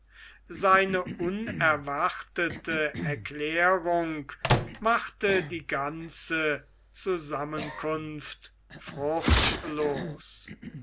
seine unerwartete erklärung machte die ganze zusammenkunft fruchtlos